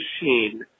machine